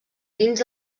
dins